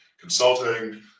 consulting